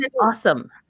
awesome